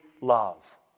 love